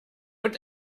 und